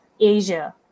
Asia